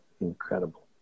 incredible